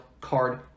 card